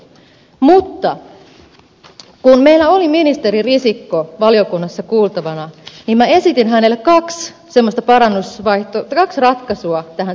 mutta kun meillä oli ministeri risikko valiokunnassa kuultavana niin minä esitin hänelle kaksi ratkaisua tähän tilanteeseen